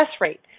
rate